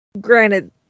Granted